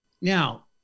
Now